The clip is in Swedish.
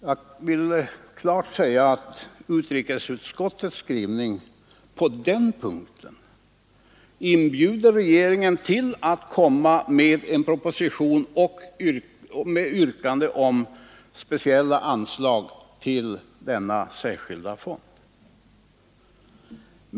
Jag vill klart säga att utrikesutskottets skrivning på den punkten inbjuder regeringen till att lägga fram en proposition med yrkande om speciella anslag till denna särskilda fond.